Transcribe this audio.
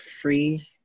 free